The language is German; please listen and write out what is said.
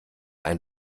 ein